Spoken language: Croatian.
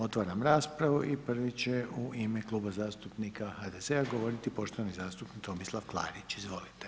Otvaram raspravu i prvi će u ime Kluba zastupnika HDZ-a govoriti poštovani zastupnik Tomislav Klarić, izvolite.